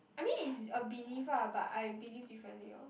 I mean it's a belief ah but I believe differently orh